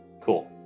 cool